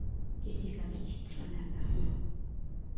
किसी का भी चित्र बनाता हूँ